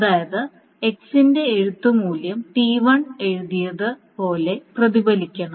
അതായത് x ന്റെ എഴുത്ത് മൂല്യം T1 എഴുതിയത് പോലെ പ്രതിഫലിക്കണം